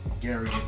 Gary